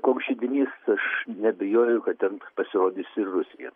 koks židinys aš neabejoju kad ten pasirodys ir rusija